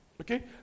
Okay